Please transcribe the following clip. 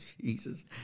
Jesus